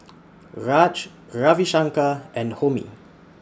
Raj Ravi Shankar and Homi